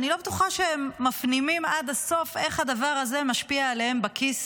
אני לא בטוחה שהם מפנימים עד הסוף איך הדבר הזה משפיע עליהם בכיס